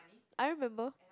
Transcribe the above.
I remember